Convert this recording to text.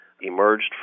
emerged